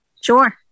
Sure